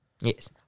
Yes